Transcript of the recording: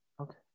Okay